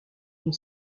une